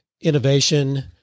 innovation